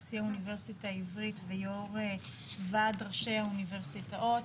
נשיא האוניברסיטה העברית ויו"ר ועד ראשי האוניברסיטאות,